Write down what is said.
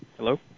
Hello